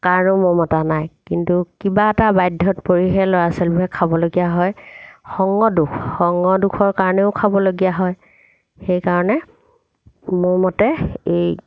কাৰো মমতা নাই কিন্তু কিবা এটা বাধ্যত পৰিহে ল'ৰা ছোৱালীবোৰে খাবলগীয়া হয় সংগ দোষ সংগ দোষৰ কাৰণেও খাবলগীয়া হয় সেইকাৰণে মোৰ মতে এই